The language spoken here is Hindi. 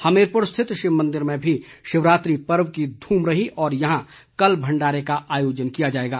हमीरपुर स्थित शिव मंदिर में भी शिवरात्रि पर्व की धूम रही और यहां कल भंडारे का आयोजन किया जाएगा